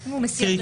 אגב,